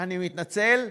אני מתנצל,